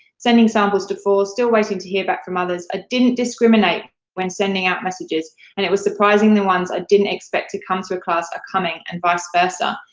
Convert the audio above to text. sending samples to four, still waiting to hear back from others. i didn't discriminate when sending out messages, and it was surprising the ones i didn't expect to come to a class are coming and vice versa.